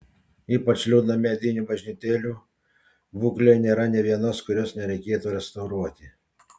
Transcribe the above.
ypač liūdna medinių bažnytėlių būklė nėra nė vienos kurios nereikėtų restauruoti